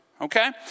Okay